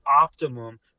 optimum